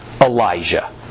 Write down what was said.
Elijah